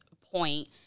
point